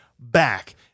back